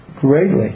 greatly